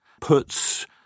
puts